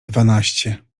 dwanaście